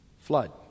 flood